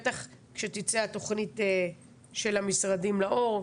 בטח כשתצא התוכנית של המשרדים לאור,